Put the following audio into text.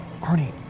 Arnie